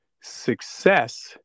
success